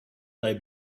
they